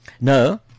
No